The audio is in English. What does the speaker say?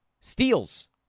Steals